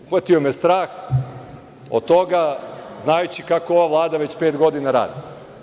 Uhvatio me strah od toga znajući kako ova Vlada već pet godina radi.